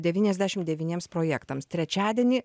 devyniasdešim devyniems projektams trečiadienį